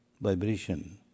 vibration